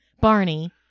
Barney